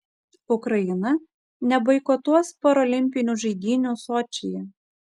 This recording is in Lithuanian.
ukraina neboikotuos parolimpinių žaidynių sočyje